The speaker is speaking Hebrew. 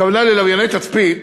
הכוונה ללווייני תצפית